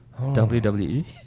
WWE